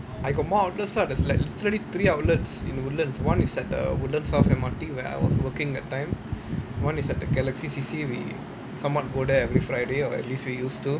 I got more outlets lah there's like literally three outlets in woodlands [one] is at the woodlands south M_R_T where I was working that time one is at the galaxy C_C we somewhat go there every friday or at least we used to